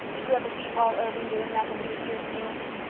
did you ever see paul irving doing that when he was here to meals?